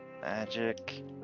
Magic